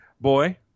boy